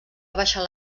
abaixar